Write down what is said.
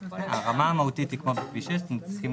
הרמה המהותית היא כמו בכביש 6. צריכים